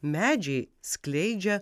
medžiai skleidžia